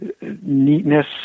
neatness